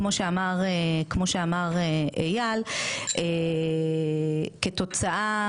כמו שאמר אייל, כתוצאה